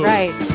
Right